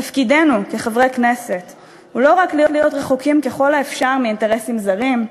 תפקידנו כחברי כנסת הוא לא רק להיות רחוקים ככל האפשר מאינטרסים זרים,